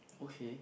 okay